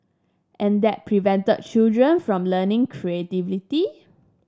and that prevented children from learning creatively